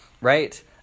right